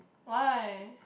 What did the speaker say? why